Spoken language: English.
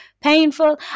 painful